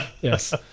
Yes